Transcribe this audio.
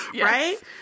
Right